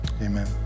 amen